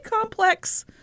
complex